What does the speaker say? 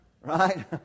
Right